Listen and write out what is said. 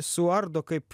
suardo kaip